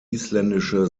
isländische